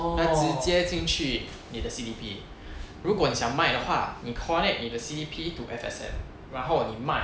他直接进去你的 C_D_P 如果你想卖的话你 connect 你的 C_D_P to F_S_N 然后你卖